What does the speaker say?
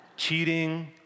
Cheating